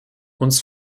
uns